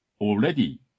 already